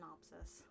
synopsis